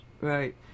Right